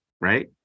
right